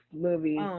movie